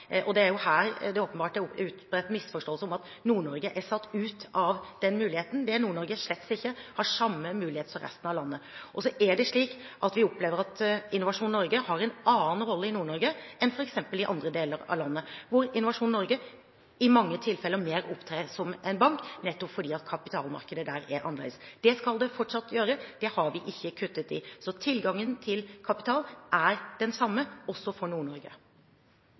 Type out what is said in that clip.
Det er her det åpenbart er en utbredt misforståelse om at Nord-Norge er fratatt den muligheten – det er Nord-Norge slett ikke. De har samme mulighet som resten av landet. Så er det slik at vi opplever at Innovasjon Norge har en annen rolle i Nord-Norge enn i andre deler av landet, hvor Innovasjon Norge i mange tilfeller mer opptrer som en bank, nettopp fordi kapitalmarkedet der er annerledes. Det skal det fortsatt gjøre – det har vi ikke kuttet i. Så tilgangen til kapital er den samme også for